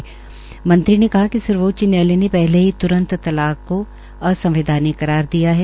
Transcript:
इससे पहले मंत्री ने कहा कि सर्वोच्च न्यायालय ने पहले ही तुंरत तलाक को असंवैद्यानिक करार दिया है